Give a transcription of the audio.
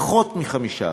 פחות מ-5%.